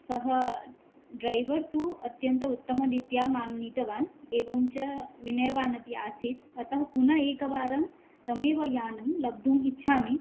सः ड्रैवर् तु अत्यन्तम् उत्तमरीत्या मां नीतवान् एवं च विनयवान् अपि आसीत् अतः पुनः एकवारं तमेव यानं लब्धुम् इच्छामि